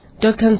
Dr